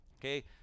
okay